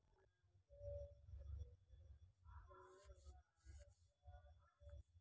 angel कम्पनीर नाम भारतत म्युच्युअल फंडर आवेदनेर त न सबस पहले ल्याल जा छेक